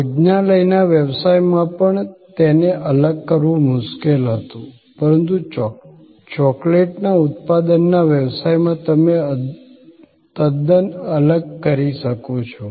ભોજનાલયના વ્યવસાયમાં પણ તેને અલગ કરવું મુશ્કેલ હતું પરંતુ ચોકલેટના ઉત્પાદનના વ્યવસાયમાં તમે તદ્દન અલગ કરી શકો છો